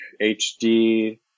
HD